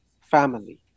family